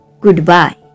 goodbye